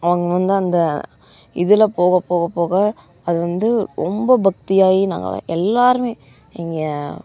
அவங்க வந்து அந்த இதில் போக போக போக அது வந்து ரொம்ப பக்தியாகி நாங்களாம் எல்லாருமே எங்கள்